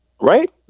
right